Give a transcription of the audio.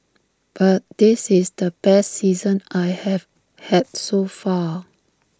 but this is the best season I have had so far